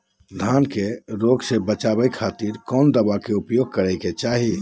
धान के रोग से बचावे खातिर कौन दवा के उपयोग करें कि चाहे?